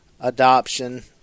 adoption